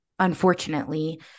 Unfortunately